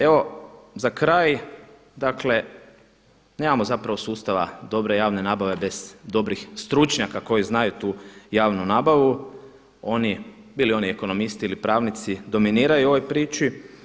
Evo za kraj, dakle nemamo zapravo sustava dobre javne nabave bez dobrih stručnjaka koji znaju tu javnu nabavu, bili oni ekonomisti ili pravnici dominiraju u ovoj priči.